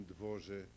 Dworze